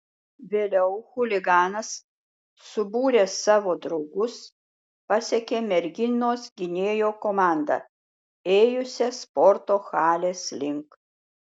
vėliau chuliganas subūręs savo draugus pasekė merginos gynėjo komandą ėjusią sporto halės link